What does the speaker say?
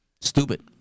stupid